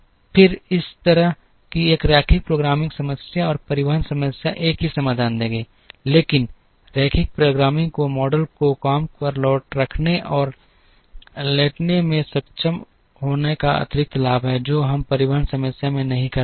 फिर इस तरह की एक रैखिक प्रोग्रामिंग समस्या और परिवहन समस्या एक ही समाधान देगी लेकिन रेखीय प्रोग्रामिंग को मॉडल को काम पर रखने और लेटने में सक्षम होने का अतिरिक्त लाभ है जो हम परिवहन समस्या में नहीं कर पाएंगे